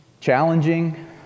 challenging